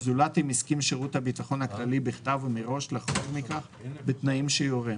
זולת אם הסכים שירות הביטחון הכללי בכתב ומראש לחרוג מכך בתנאים שיורה,